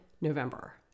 November